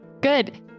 Good